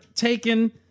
taken